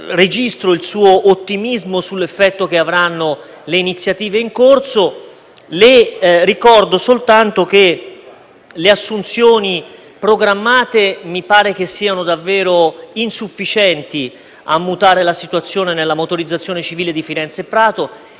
Registro il suo ottimismo sull'effetto che avranno le iniziative in corso. Le ricordo soltanto che le assunzioni programmate sono, a mio parere, davvero insufficienti a mutare la situazione nella Motorizzazione civile di Firenze e Prato.